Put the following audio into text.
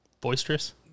Boisterous